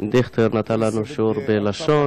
דיכטר נתן לנו שיעור בלשון,